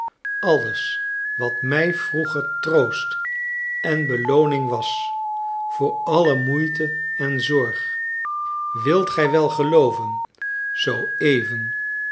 alles wat mij vroeger troost en belooning was voor alle moeite en zorg wilt gij wel gelooven zooeven